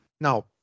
now